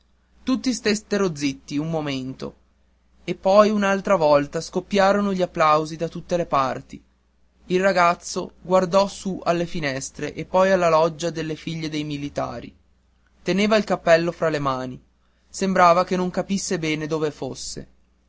tutti stettero zitti un momento e poi un'altra volta scoppiarono gli applausi da tutte le parti il ragazzo guardò su alle finestre e poi alla loggia delle figlie dei militari teneva il cappello fra le mani sembrava che non capisse bene dove fosse